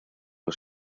los